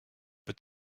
peut